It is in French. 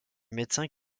médecin